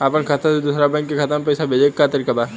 अपना खाता से दूसरा बैंक के खाता में पैसा भेजे के तरीका का बा?